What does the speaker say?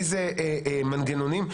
איזה מנגנונים,